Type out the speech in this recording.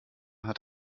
hat